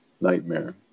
nightmare